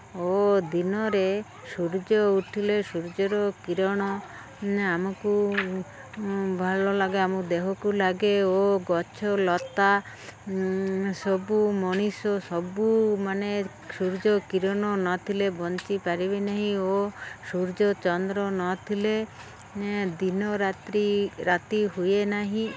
ଓ ଦିନରେ ସୂର୍ଯ୍ୟ ଉଠିଲେ ସୂର୍ଯ୍ୟର କିରଣ ଆମକୁ ଭଲ ଲାଗେ ଆମକୁ ଦେହକୁ ଲାଗେ ଓ ଗଛ ଲତା ସବୁ ମଣିଷ ସବୁ ମାନେ ସୂର୍ଯ୍ୟ କିରଣ ନଥିଲେ ବଞ୍ଚିପାରିବେ ନାହିଁ ଓ ସୂର୍ଯ୍ୟ ଚନ୍ଦ୍ର ନଥିଲେ ଦିନ ରାତ୍ରି ରାତି ହୁଏ ନାହିଁ